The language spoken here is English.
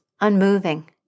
Unmoving